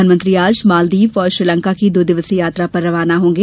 प्रधानमंत्री आज मालद्वीप और श्रीलंका की दो दिवसीय यात्रा पर रवाना होंगे